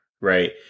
Right